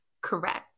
Correct